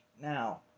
Now